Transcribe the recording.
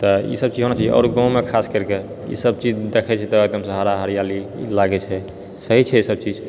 तऽ ई सबचीज होना चाहिए आओर गाँवमे खासकरके ईसब चीज देखएछै तऽ एकदमसे हरा हरियाली लागैछेै सही छै ई सबचीज